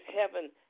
heaven